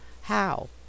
How